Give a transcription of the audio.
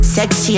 Sexy